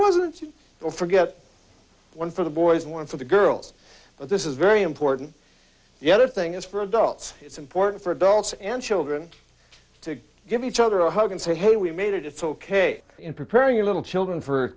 don't forget one for the boys and one for the girls but this is very important the other thing is for adults it's important for adults and children to give each other a hug and say hey we made it it's ok in preparing little children for